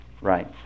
right